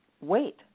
wait